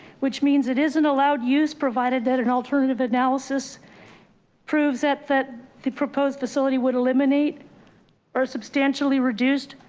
which means it isn't allowed use provided that an alternative analysis proves that that the proposed facility would eliminate or substantially reduced.